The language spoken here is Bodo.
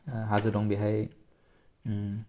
हाजो दं बेहाय